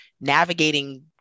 navigating